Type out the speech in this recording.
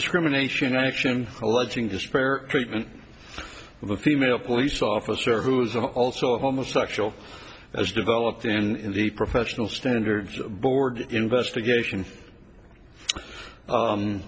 discrimination action alleging despair treatment of a female police officer who is also a homosexual as developed in the professional standards board investigation